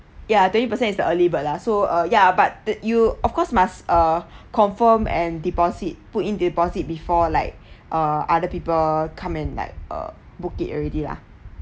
ya twenty percent is the early bird lah so uh ya but did you of course must ah confirm and deposit put in deposit before like uh other people come and like uh book it already lah